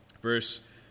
Verse